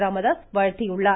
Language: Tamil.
ராமதாஸ் வாழ்த்தியுள்ளார்